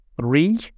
three